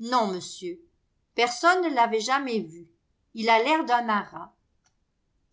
non monsieur personne ne l'avait jamais vu ila l'air d'un marin